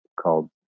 called